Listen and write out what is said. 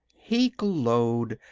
he glowed.